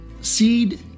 seed